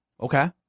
okay